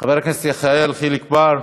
חבר הכנסת יחיאל חיליק בר,